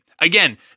Again